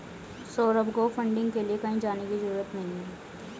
सौरभ को फंडिंग के लिए कहीं जाने की जरूरत नहीं है